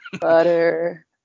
Butter